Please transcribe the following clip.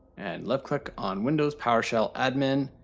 and left-click on windows powershell admin,